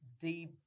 deep